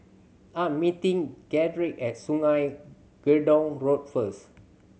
I am meeting Gedrick at Sungei Gedong Road first